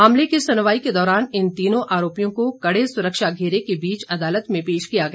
मामले की सुनवाई के दौरान इन तीनों आरोपियों को कड़े सुरक्षा घेरे के बीच अदालत में पेश किया गया